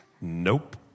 nope